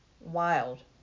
wild